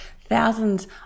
thousands